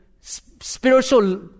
spiritual